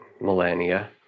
millennia